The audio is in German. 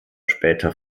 später